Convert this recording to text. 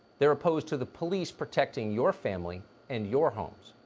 they are opposed to the police protecting your family and your homes.